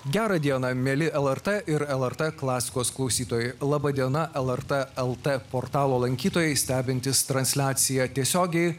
gerą dieną mieli lrt ir lrt klasikos klausytojai laba diena lrt el t portalo lankytojai stebintys transliaciją tiesiogiai